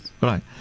Right